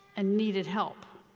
and needed help.